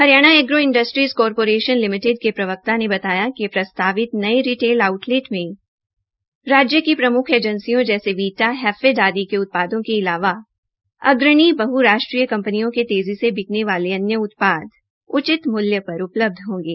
Haryana agro industries corporation limited के प्रवक्ता ने बताया कि प्रस्तावित नये रिटेल आउटलेट में राज्य की प्रमुख ऐजेसियों जैसी वीटा हैफेड आदि के उत्पादों के अलावा अग्रणी बहुर्राष्ट्रीय कपंनियों के तेजी से बिकने वाले अन्य उत्पाद उचित दामों पर उपलब्ध होंगे